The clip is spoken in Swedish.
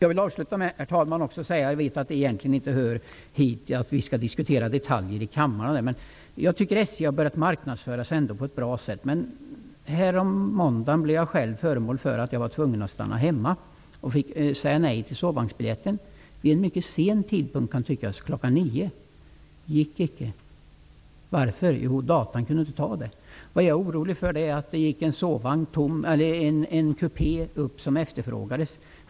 Jag vill avsluta med att säga -- fast jag vet att det egentligen inte hör hit och att vi inte skall diskutera detaljer i kammaren -- att jag tycker att SJ har börjat marknadsföra sig på ett bra sätt. Men härom måndagen blev jag själv tvungen att stanna hemma och fick nej till sovvagnsbiljetten vid en mycket sen tidpunkt kan tyckas, kl. 9. Det gick icke. Varför? Jo, datan kunde inte klara det. Vad jag är orolig för är att det gick en tom sovvagnskupé som efterfrågades.